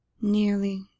Nearly